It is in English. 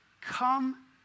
come